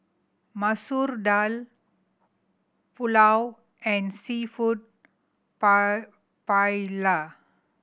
Masoor Dal Pulao and Seafood Paella